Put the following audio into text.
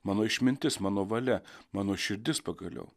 mano išmintis mano valia mano širdis pagaliau